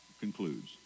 concludes